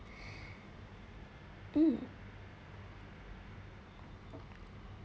mm